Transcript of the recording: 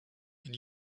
and